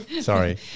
sorry